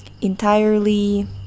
entirely